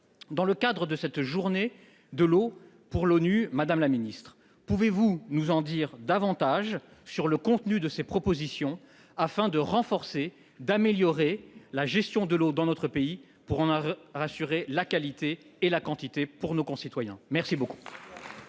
Dans le cadre de cette journée de l'ONU consacrée à l'eau, madame la ministre, pouvez-vous nous en dire davantage sur le contenu de ces propositions visant à renforcer et à améliorer la gestion de l'eau dans notre pays afin d'en assurer la qualité et la quantité pour nos concitoyens ? La parole